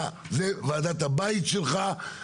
זה ועדת הבית שלך.